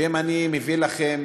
ואם אני אביא לכם